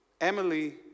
Emily